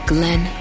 Glenn